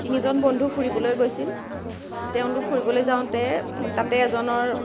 তিনিজন বন্ধু ফুৰিবলৈ গৈছিল তেওঁলোক ফুৰিবলৈ যাওঁতে তাতে এজনৰ